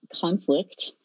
conflict